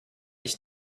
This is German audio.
ich